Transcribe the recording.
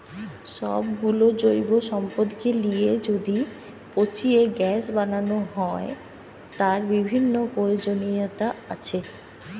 সব গুলো জৈব সম্পদকে লিয়ে যদি পচিয়ে গ্যাস বানানো হয়, তার বিভিন্ন প্রয়োজনীয়তা আছে